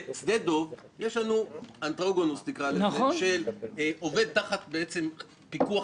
בשדה דב יש לנו אנדרוגינוס שעובד תחת פיקוח